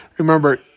Remember